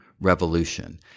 revolution